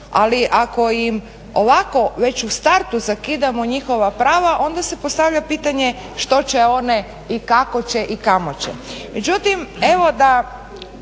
ali ako im ovako već u startu zakidamo njihova prava onda se postavlja pitanje što će one i kako će i kamo će.